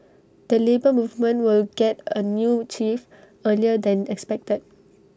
the Labour Movement will get A new chief earlier than expected